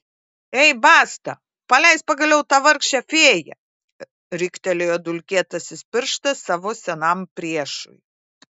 ei basta paleisk pagaliau tą vargšę fėją riktelėjo dulkėtasis pirštas savo senam priešui